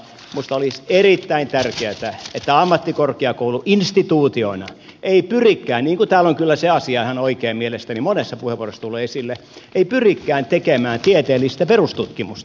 minusta olisi erittäin tärkeätä että ammattikorkeakoulu instituutiona ei pyrikään niin kuin täällä on kyllä se asia ihan oikein mielestäni monessa puheenvuorossa tullut esille tekemään tieteellistä perustutkimusta